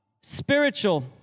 Spiritual